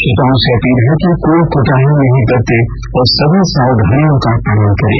श्रोताओं से अपील हैं कि कोई कोताही नहीं बरतें और सभी सावधानियों का पालन करें